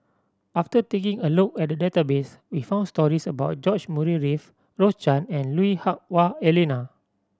after taking a look at the database we found stories about George Murray Reith Rose Chan and Lui Hah Wah Elena